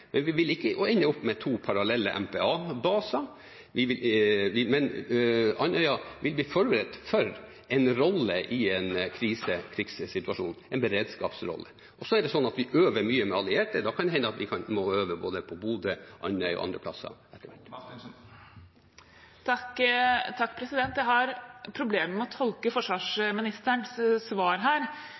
men vi vil ikke ende opp med to parallelle MPA-baser. Andøya vil bli forberedt for en rolle i en krise-/krigssituasjon, en beredskapsrolle. Vi øver mye med allierte, og da kan det hende at vi må øve både på Bodø, Andøya og andre steder. Jeg har problemer med å tolke forsvarsministerens svar her,